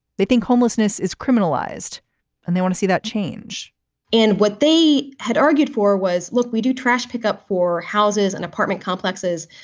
they think homelessness is criminalized and they want to see that change and what they had argued for was, look, we do trash pickup for houses and apartment complexes.